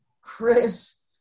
Chris